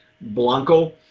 blanco